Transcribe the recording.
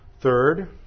Third